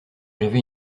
j’avais